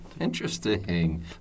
Interesting